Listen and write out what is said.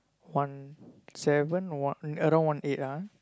one seven one around one eight ah